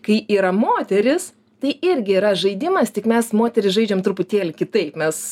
kai yra moterys tai irgi yra žaidimas tik mes moterys žaidžiam truputėlį kitaip mes